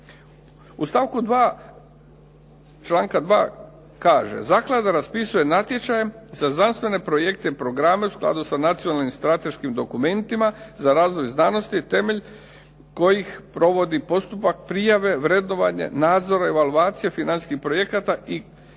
U stavku 2. članka 2. kaže: "Zaklada raspisuje natječaje za znanstvene projekte i programe u skladu sa nacionalnim strateškim dokumentima, za razvoj znanosti, temelj kojih provodi postupak prijave, vrednovanje, nadzore evalvacije financijskih projekata i kolaborativnih